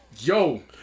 Yo